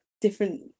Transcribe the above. different